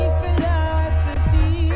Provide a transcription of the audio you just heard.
philosophy